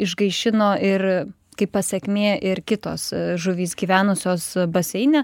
išgaišino ir kaip pasekmė ir kitos žuvys gyvenusios baseine